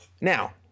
Now